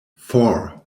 four